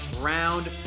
round